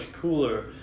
cooler